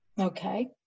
Okay